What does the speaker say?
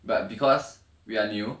but because we are new